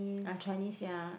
I Chinese ya